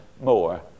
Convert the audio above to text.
more